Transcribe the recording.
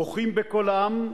מוחים בקולם,